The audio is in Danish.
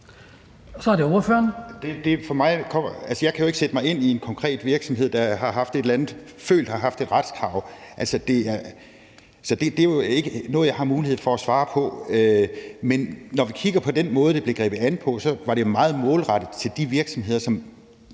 jeg kan jo ikke sætte mig ind i en konkret virksomhed, der føler, at de har haft et retskrav. Det er jo ikke noget, jeg har mulighed for at svare på. Men når vi kigger på den måde, det blev grebet an på, var det meget målrettet de virksomheder,